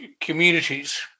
communities